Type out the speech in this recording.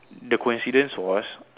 the coincidence was